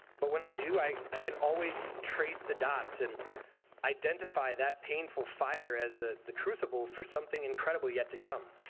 but when i do, i i can always trace the dots and identify that painful fire as ah the crucible for something incredible yet to come.